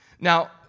Now